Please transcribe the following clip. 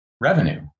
revenue